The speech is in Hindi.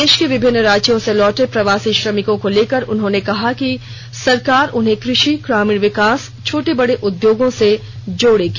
देश के विभिन्न राज्यों से लौटे प्रवासी श्रमिकों को लेकर उन्होंने कहा कि सरकार उन्हें कृषि ग्रामीण विकास छोटे बड़े उद्योग से जोड़ेगी